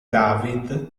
david